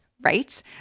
right